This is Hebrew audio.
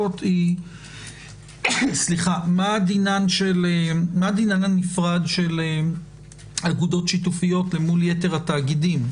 היא מה דינן הנפרד של השותפויות מול יתר התאגידים?